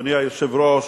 אדוני היושב-ראש,